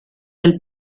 del